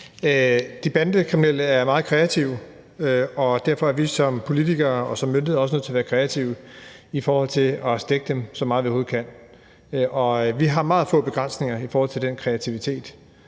De bandekriminelle er meget kreative, og derfor er vi som politikere og som myndighed også nødt til at være kreative i forhold til at stække dem så meget, som vi overhovedet kan, og vi har meget få begrænsninger i forhold til den kreativitet.